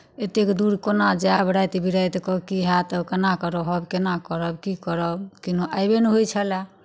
एतेक दूर कोना जायब राति बिरातिकेँ की हएत तऽ केनाके रहब केना करब की करब किन्नहुँ आबिए नहि होइत छलै